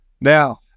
Now